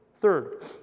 Third